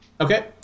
Okay